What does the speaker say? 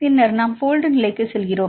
பின்னர் நாம் போல்ட் நிலைக்குச் செல்கிறோம்